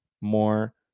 more